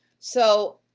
so,